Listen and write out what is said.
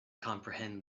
comprehend